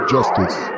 Justice